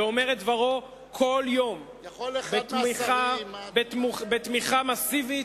ואומר את דברו כל יום, בתמיכה מסיבית,